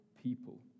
People